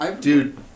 Dude